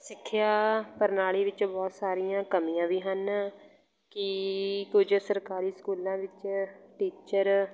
ਸਿੱਖਿਆ ਪ੍ਰਣਾਲੀ ਵਿੱਚ ਬਹੁਤ ਸਾਰੀਆਂ ਕਮੀਆਂ ਵੀ ਹਨ ਕਿ ਕੁਝ ਸਰਕਾਰੀ ਸਕੂਲਾਂ ਵਿੱਚ ਟੀਚਰ